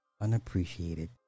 unappreciated